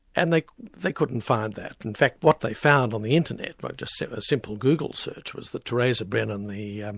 and they they couldn't find that. in fact what they found on the internet, by just a simple google search, was that theresa brennan, the